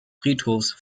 friedhofs